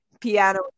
piano